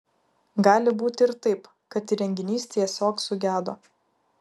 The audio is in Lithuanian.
gali būti ir taip kad įrenginys tiesiog sugedo